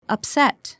Upset